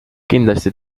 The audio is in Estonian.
kindlasti